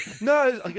No